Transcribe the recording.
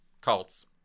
cults